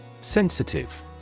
Sensitive